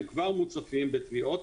והם כבר מוצפים בתביעות,